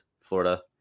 Florida